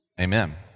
amen